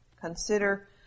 consider